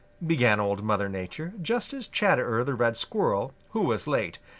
began old mother nature just as chatterer the red squirrel, who was late,